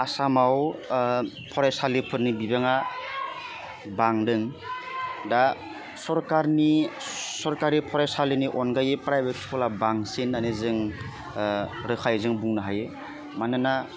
आसामाव फरायसालिफोरनि बिबाङा बांदों दा सरकारनि सरखारि फरायसालिनि अनगायै प्राइभेट स्कुला बांसिन होन्नानै जों रोखायै जों बुंनो हायो मानोना